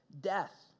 death